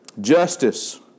Justice